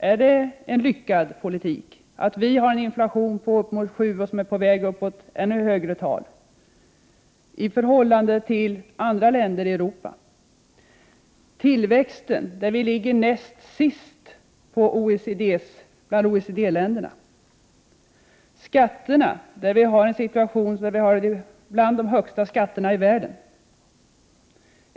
Är det en lyckad politik, att vi har en inflation på 7 20, på väg upp emot ännu högre tal, om man jämför med andra länder i Europa? När det gäller tillväxten ligger vi näst sist bland OECD-länderna. Vi har bland de högsta skatterna i världen.